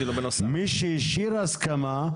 מי שהשאיר הסכמה,